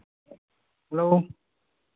hello